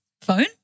Phone